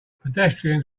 pedestrians